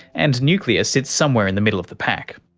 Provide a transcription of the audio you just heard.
and nuclear sits somewhere in the middle of the pack.